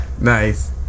Nice